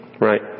right